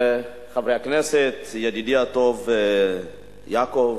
וחברי הכנסת, ידידי הטוב יעקב,